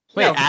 Wait